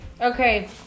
Okay